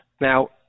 Now